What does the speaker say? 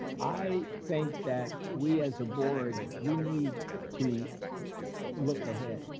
i think that we, as a board, we need to look look ahead.